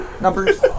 Numbers